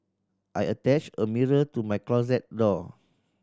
I attached a mirror to my closet door